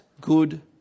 good